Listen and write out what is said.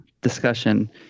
discussion